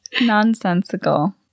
nonsensical